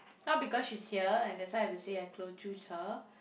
not because she's here and that's why I have to say I cl~ choose her